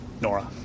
Nora